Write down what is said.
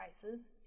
prices